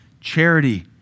Charity